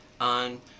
on